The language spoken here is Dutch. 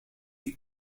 die